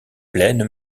pleine